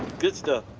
good stuff.